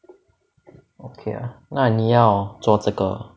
okay ah 那你要做这个